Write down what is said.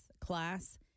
class